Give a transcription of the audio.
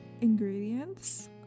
ingredients